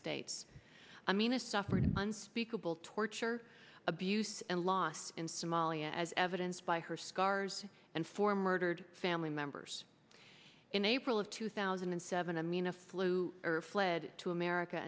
states i mean a suffered unspeakable torture abuse and loss in somalia as evidenced by her scars and four murdered family members in april of two thousand and seven ameena flew her fled to america